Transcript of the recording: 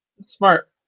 smart